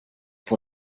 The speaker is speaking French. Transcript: pour